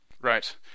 Right